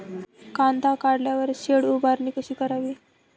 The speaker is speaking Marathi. कांदा काढल्यावर शेड उभारणी कशी करावी?